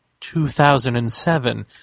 2007